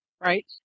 Right